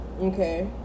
okay